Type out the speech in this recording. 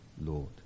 Lord